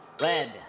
red